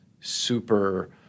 super